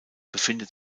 befindet